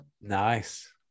Nice